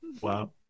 Wow